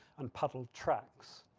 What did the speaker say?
and puddle tracks.